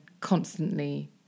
constantly